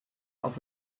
auf